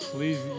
Please